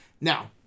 Now